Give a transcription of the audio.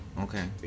Okay